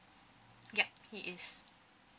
yup he is